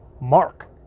Mark